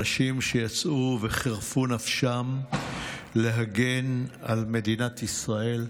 אנשים יצאו וחירפו נפשם להגן על מדינת ישראל,